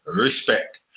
Respect